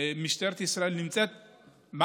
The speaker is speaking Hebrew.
משטרת ישראל נמצאת,